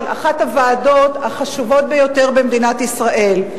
אחת הוועדות החשובות ביותר במדינת ישראל.